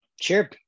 Sure